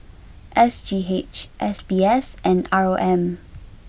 S G H S B S and R O M